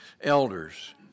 elders